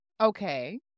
Okay